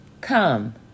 Come